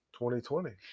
2020